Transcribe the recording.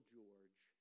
George